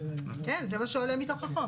כן, זה מה שעולה מתוך החוק.